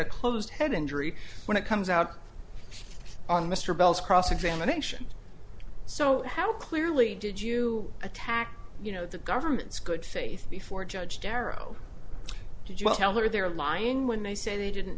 a closed head injury when it comes out on mr bell's cross examination so how clearly did you attack you know the government's good faith before judge darrow did you tell her they're lying when they say they didn't